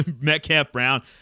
Metcalf-Brown